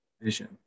vision